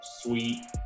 sweet